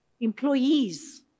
employees